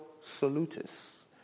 salutis